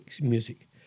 music